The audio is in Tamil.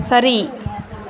சரி